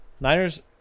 Niners